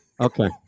okay